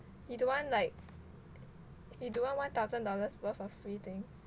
you don't want like you don't want one thousand dollars worth of free things